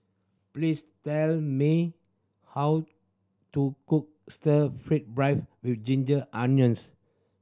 please tell me how to cook Stir Fry beef with ginger onions